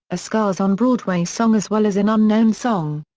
a scars on broadway song as well as an unknown song.